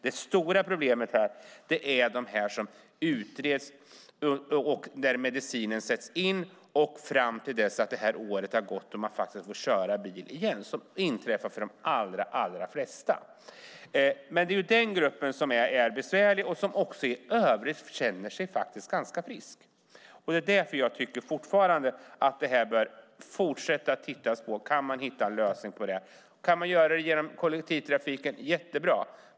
Det stora problemet är de som utreds och där medicinen sätts in fram till dess året har gått och de får köra bil igen, vilket inträffar för de allra flesta. Det är den gruppen som har det besvärligt och som i övrigt känner sig ganska frisk. Jag tycker att man borde fortsätta att titta på det för att se om man kan hitta en lösning. Om det sker genom kollektivtrafiken är det jättebra.